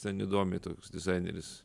ten įdomiai toks dizaineris